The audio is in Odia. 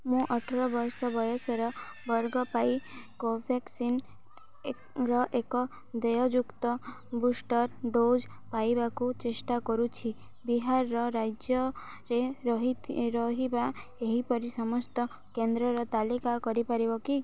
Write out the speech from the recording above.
ମୁଁ ଅଠର ବର୍ଷ ବୟସ ବର୍ଗଙ୍କ ପାଇଁ କୋଭ୍ୟାକ୍ସିନର ଏକ ଦେୟଯୁକ୍ତ ବୁଷ୍ଟର୍ ଡୋଜ୍ ପାଇବାକୁ ଚେଷ୍ଟା କରୁଛି ବିହାର ରାଜ୍ୟରେ ରହିବା ଏହିପରି ସମସ୍ତ କେନ୍ଦ୍ରର ତାଲିକା କରିପାରିବ କି